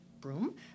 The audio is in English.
broom